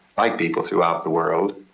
like people throughout the world,